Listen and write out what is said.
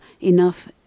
enough